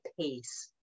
pace